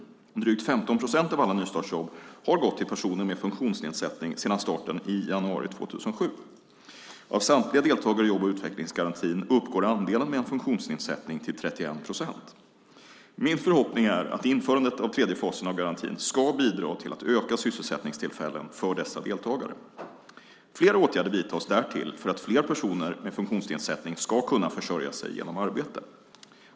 Drygt 15 procent av alla nystartsjobb har gått till personer med funktionsnedsättning sedan starten i januari 2007. Av samtliga deltagare i jobb och utvecklingsgarantin uppgår andelen med en funktionsnedsättning till 31 procent. Min förhoppning är att införandet av tredje fasen av garantin ska bidra till att öka sysselsättningstillfällen för dessa deltagare. Flera åtgärder vidtas därtill för att fler personer med funktionsnedsättning ska kunna försörja sig genom arbete.